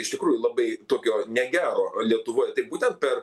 iš tikrųjų labai tokio negero lietuvoj tai būtent per